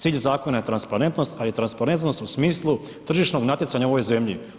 Cilj zakona je transparentnost ali transparentnost u smislu tržišnog natjecanja u ovoj zemlji.